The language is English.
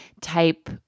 type